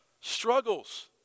Struggles